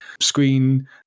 screen